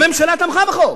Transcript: הממשלה תמכה בחוק.